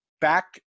back